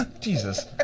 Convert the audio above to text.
Jesus